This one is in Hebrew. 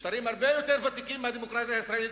משטרים הרבה יותר ותיקים מהדמוקרטיה הישראלית,